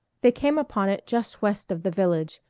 they came upon it just west of the village,